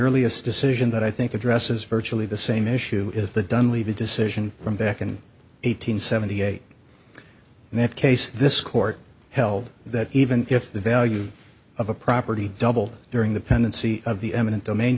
earliest decision that i think addresses virtually the same issue is the done leave a decision from back and eight hundred seventy eight in that case this court held that even if the value of a property doubled during the pendency of the eminent domain